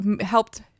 helped